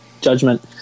judgment